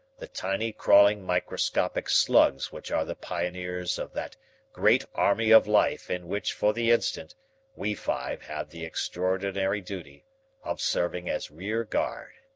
the tiny crawling microscopic slugs which are the pioneers of that great army of life in which for the instant we five have the extraordinary duty of serving as rear guard.